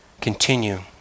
continue